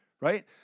right